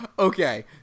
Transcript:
Okay